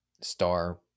star